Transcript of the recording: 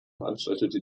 veranstaltete